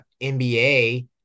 NBA